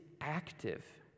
active